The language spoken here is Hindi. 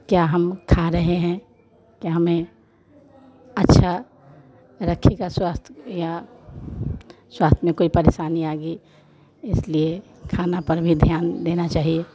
क्या हम खा रहे हैं क्या हमें अच्छा रखेगा स्वस्थ या स्वास्थ्य में कोई परेशानी आएगी इसलिए खाने पर भी ध्यान देना चाहिए